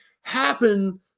happen